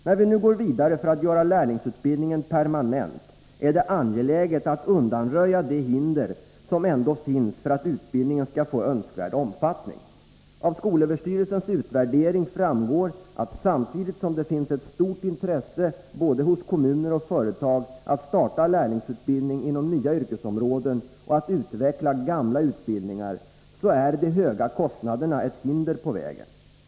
När vi nu går vidare för att göra lärlingsutbildningen permanent är det angeläget att undanröja de hinder som ändock finns för att utbildningen skall få önskvärd omfattning. Av skolöverstyrelsens utvärdering framgår att samtidigt som det finns ett stort intresse hos både kommuner och företag att starta lärlingsutbildning inom nya yrkesområden och att utveckla gamla utbildningar, så är de höga kostnaderna ett hinder på vägen.